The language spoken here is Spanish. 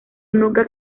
nunca